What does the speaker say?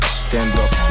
stand-up